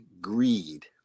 greed